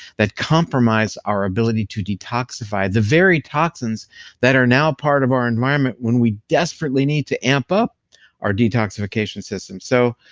that compromise our ability to detoxify the very toxins that are now a part of our environment when we desperately need to amp up our detoxification system. so,